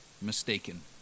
mistaken